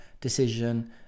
decision